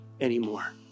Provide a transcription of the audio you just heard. anymore